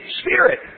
spirit